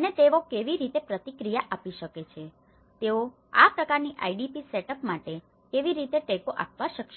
અને તેઓ કેવી રીતે પ્રતિક્રિયા આપી શકે છે તેઓ આ પ્રકારની આઈડીપી સેટઅપ માટે કેવી રીતે ટેકો આપવા સક્ષમ છે